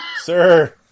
Sir